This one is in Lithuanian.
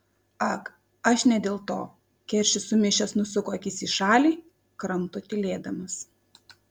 ag aš ne dėl to keršis sumišęs nusuko akis į šalį kramto tylėdamas